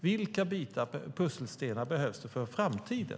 Vilka pusselstenar behövs för framtiden?